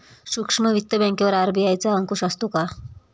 सूक्ष्म वित्त बँकेवर आर.बी.आय चा अंकुश असतो का?